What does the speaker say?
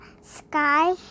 sky